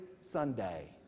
Sunday